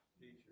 teacher